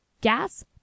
Gas